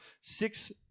six